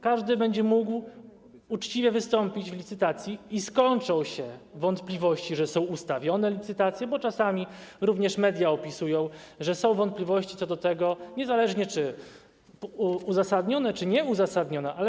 Każdy będzie mógł uczciwie wystąpić w licytacji i skończą się wątpliwości, że są ustawione licytacje, bo czasami również media opisują, że są wątpliwości co do tego - niezależnie od tego, czy uzasadnione czy nieuzasadnione.